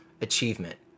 achievement